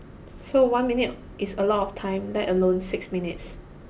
so one minute is a lot of time let alone six minutes